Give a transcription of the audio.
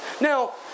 Now